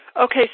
Okay